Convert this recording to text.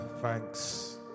thanks